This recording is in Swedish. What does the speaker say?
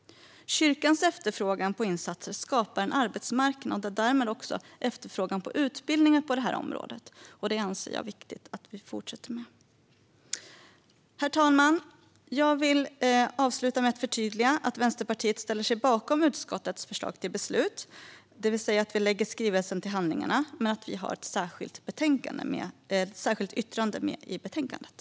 Kyrkans efterfrågan på insatser skapar en arbetsmarknad och därmed också en efterfrågan på utbildningar på detta område. Jag anser att det är viktigt att vi fortsätter med det. Herr talman! Jag vill avsluta med att förtydliga att Vänsterpartiet ställer sig bakom utskottets förslag till beslut, det vill säga att lägga skrivelsen till handlingarna, men vi har ett särskilt yttrande i betänkandet.